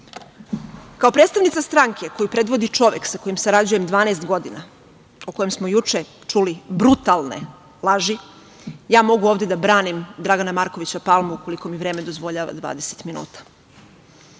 predstavnica stranke koju predvodi čovek sa kojim sarađujem 12 godina, o kojem smo juče čuli brutalne laži, ja mogu ovde da branim Dragana Markovića Palmu ukoliko mi vreme dozvoljava 20 minuta.